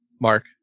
Mark